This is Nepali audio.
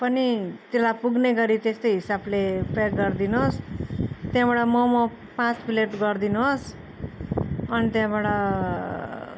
पनि त्यसलाई पुग्नेगरि त्यस्तै हिसाबले प्याक गरिदिनुहोस् त्यहाँबाट मोमो पाँच प्लेट गरिदिनुहोस् अनि त्यहाँबाट